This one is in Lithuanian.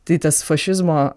tai tas fašizmo